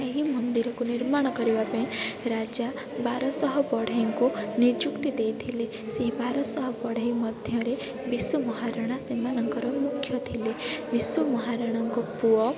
ଏହି ମନ୍ଦିରକୁ ନିର୍ମାଣ କରିବାପାଇଁ ରାଜା ବାରଶହ ବଢ଼େଇଙ୍କୁ ନିଯୁକ୍ତି ଦେଇଥିଲେ ସେହି ବାରଶହ ବଢ଼େଇ ମଧ୍ୟରେ ବିଷୁ ମହାରଣା ସେମାନଙ୍କର ମୁଖ୍ୟ ଥିଲେ ବିଷୁ ମହାରଣାଙ୍କ ପୁଅ